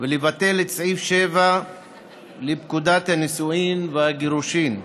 לבטל את סעיף 7 לפקודת הנישואין והגירושין,